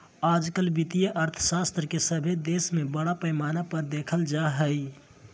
आजकल वित्तीय अर्थशास्त्र के सभे देश में बड़ा पैमाना पर देखल जा हइ